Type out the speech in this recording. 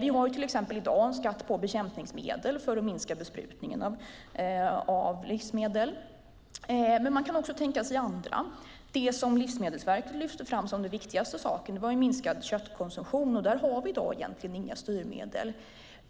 Vi har till exempel i dag skatt på bekämpningsmedel för att minska besprutningen av livsmedel. Men man kan också tänka sig andra saker. Det som Livsmedelsverket lyfte fram som den viktigaste var en minskad köttkonsumtion. Där har vi i dag egentligen inga styrmedel.